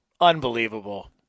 Unbelievable